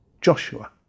Joshua